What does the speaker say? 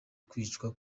kwicwa